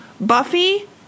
Buffy